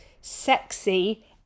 sexy